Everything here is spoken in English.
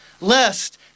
lest